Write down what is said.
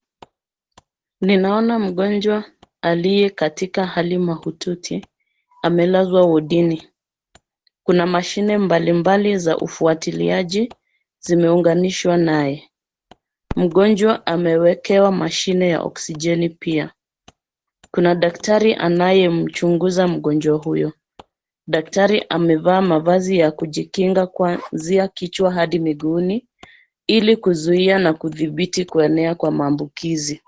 Ninaona mgonjwa alie katika hali mahututi, amelazwa wodini. Kuna mashine mbalimbali za ufuatiliaji zimeunganishwa nae. Mgonjwa amewekewa mashine ya oksijeni pia. Kuna daktari anayemchunguza mgonjwa huyo. Daktari amevaa mavazi ya kujikinga kwanzia kichwa hadi miguuni, ili kuzuia na kuthibiti kuenea kwa maambukizi.